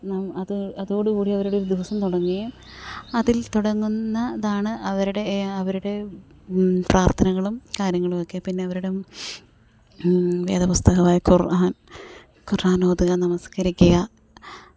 അത് അതോടു കൂടി അവരുടെ ദിവസം തുടങ്ങുകയും അതിൽ തുടങ്ങുന്നതാണ് അവരുടെ അവരുടെ പ്രാർത്ഥനകളും കര്യങ്ങളുമൊക്കെ പിന്നവരുടെ വേദപുസ്തകങ്ങളായ ഖുറാൻ ഖുറാനോതുക നമസ്കരിക്കുക